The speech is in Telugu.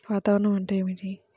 వాతావరణం అంటే ఏమిటి?